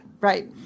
right